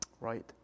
Right